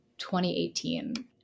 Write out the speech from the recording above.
2018